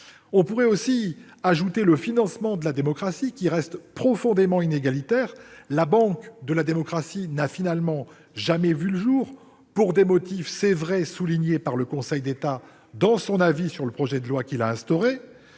On pourrait tout autant évoquer le financement de la démocratie, lequel reste profondément inégalitaire : la banque de la démocratie n'a finalement jamais vu le jour pour des motifs, il est vrai, soulignés par le Conseil d'État dans son avis sur le projet de loi qui l'a instaurée,